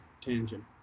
tangent